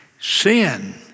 sin